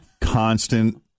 constant